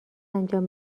انجام